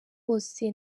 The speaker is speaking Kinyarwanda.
bose